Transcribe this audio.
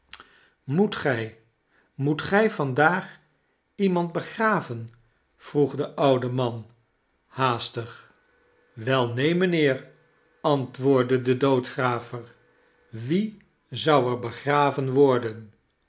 moet gij moet gij vandaag iemand begraven vroeg de oude man haastig wel neen mijnheer antwoordde de doodgraver wie zou er begraven worden